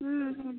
ம் ம்